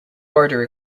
order